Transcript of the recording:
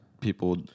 people